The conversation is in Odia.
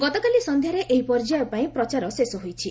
ଗତକାଲି ସନ୍ଧ୍ୟାରେ ଏହି ପର୍ଯ୍ୟାୟ ପାଇଁ ପ୍ରଚାର ଶେଷ ହୋଇଛି